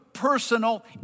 Personal